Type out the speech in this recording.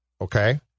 okay